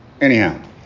Anyhow